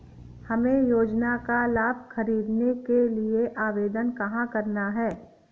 हमें योजना का लाभ ख़रीदने के लिए आवेदन कहाँ करना है?